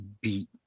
beat